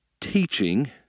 teaching